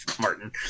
Martin